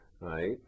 right